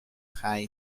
high